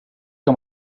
que